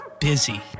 busy